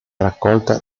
raccolte